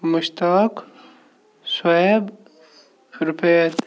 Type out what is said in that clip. مُشتاق صویب رُپید